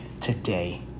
today